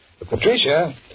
Patricia